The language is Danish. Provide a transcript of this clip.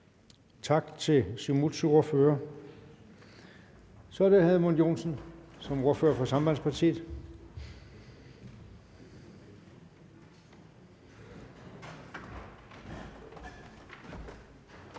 Tak til Siumuts ordfører. Så er det hr. Edmund Joensen som ordfører for Sambandspartiet.